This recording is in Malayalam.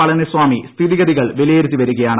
പളനിസ്വാമി സ്ഥിതിഗതികൾ വിലയിരുത്തി വരികയാണ്